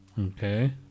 Okay